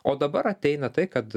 o dabar ateina tai kad